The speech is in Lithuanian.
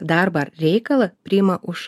darbą ar reikalą priima už